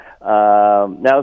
Now